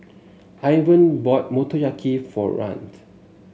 Ivan bought Motoyaki for